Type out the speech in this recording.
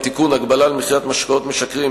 הגבלה על מכירת משקאות משכרים),